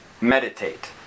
meditate